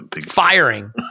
firing